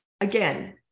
again